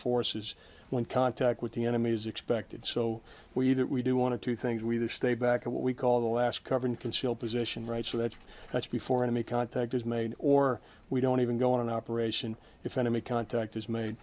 forces when contact with the enemy is expected so we that we do want to do things we either stay back of what we call the last covered conceal position right so that's that's before any contact is made or we don't even go on an operation if enemy contact is made